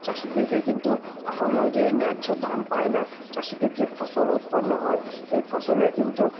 চাষিদেরকে কিন্তু এখনো যে ন্যায্য দাম পায় না চাষিদের যে ফসল উৎপন্ন হয় এই ফসলের কিন্তু